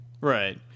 Right